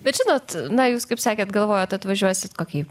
bet žinot na jūs kaip sakėt galvojat atvažiuosit kokį